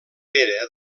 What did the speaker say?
pere